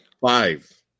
Five